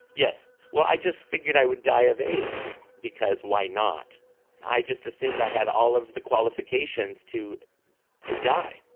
yes. well i just figured i would die of aids because why not i just assumed i had all of the qualifications to to die.